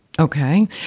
Okay